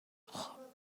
خوب